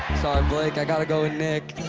blake. i got to go with nick.